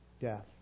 death